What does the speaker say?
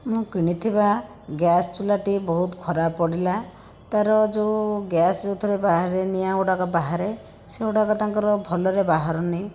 ମୁଁ କିଣିଥିବା ଗ୍ୟାସ୍ ଚୁଲାଟି ବହୁତ ଖରାପ ପଡ଼ିଲା ତାର ଯେଉଁ ଗ୍ୟାସ୍ ଯେଉଁଥିରେ ବାହାରେ ନିଆଁ ଗୁଡ଼ିକ ବାହାରେ ସେଗୁଡ଼ାକ ତାଙ୍କର ଭଲରେ ବାହାରୁନି